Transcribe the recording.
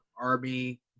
Army